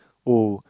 oh